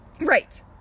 Right